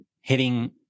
hitting